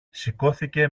σηκώθηκε